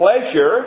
pleasure